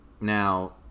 Now